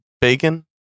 bacon